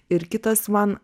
ir kitas man